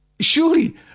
surely